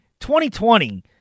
2020